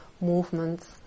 movements